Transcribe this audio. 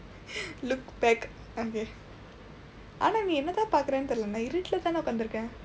look back okay ஆனா நீ என்னதான் பார்க்கிற தெரியில்ல இருட்டில தான் உட்கார்ந்திருக்கிற:aanaa nii ennathaan paarkkira theriyilla irutdila thaan utkaarndthirukkira